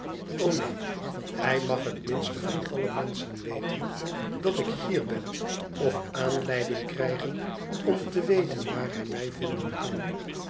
neen hij mag het minst van alle menschen weten dat ik hier ben of aanleiding krijgen om te weten waar hij mij vinden kan